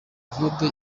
evode